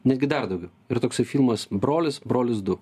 netgi dar daugiau yra toksai filmas brolis brolis du